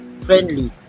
friendly